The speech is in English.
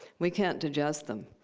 we can't digest them.